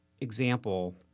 example